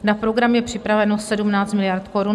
Na program je připraveno 17 miliard korun.